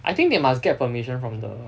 I think they must get permission from the